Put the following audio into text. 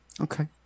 Okay